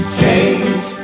change